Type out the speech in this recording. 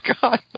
god